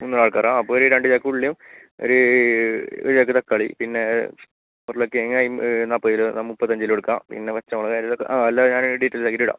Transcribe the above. മുന്നൂറ് ആൾക്കാരാണോ അപ്പോൾ ഒരു രണ്ട് ചാക്ക് ഉള്ളിയും ഒരു ഒരു ചാക്ക് തക്കാളി പിന്നെ ഉരുളക്കിഴങ്ങായും നാപ്പത് രൂപ മുപ്പത്തഞ്ച് കിലോ എടുക്കാം പിന്നെ പച്ചമുളക് എല്ലാ ആ എല്ലാ ഞാൻ ഡീറ്റെയിൽ ആക്കിയിട്ടിടാം